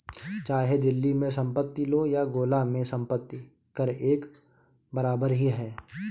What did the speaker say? चाहे दिल्ली में संपत्ति लो या गोला में संपत्ति कर एक बराबर ही है